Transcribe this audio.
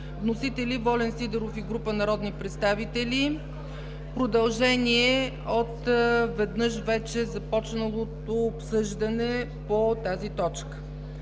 Вносители – Волен Сидеров и група народни представители. Продължение от веднъж вече започналото обсъждане по тази точка.